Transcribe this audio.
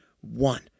one